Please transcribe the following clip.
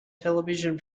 television